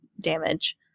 damage